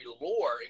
lore